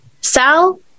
Sal